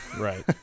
Right